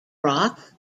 rock